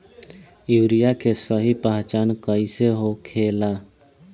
Urea के सही पहचान कईसे होखेला?